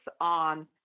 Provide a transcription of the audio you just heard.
on